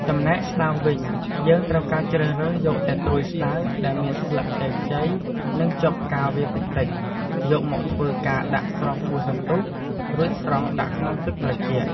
ចំណែកស្តៅវិញយើងត្រូវការរើសយកតែត្រួយស្តៅដែលមានស្លឹកខ្ចីៗនិងជាប់ផ្កាវាតិចៗយកមកធ្វើការដាក់ស្រុះមួយសន្ទុះរួចស្រង់ដាក់ក្នុងទឹកត្រជាក់។